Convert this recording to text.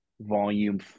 Volume